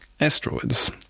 asteroids